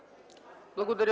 Благодаря,